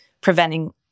preventing